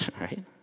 Right